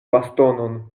bastonon